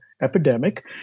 epidemic